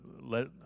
let